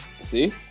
See